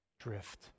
drift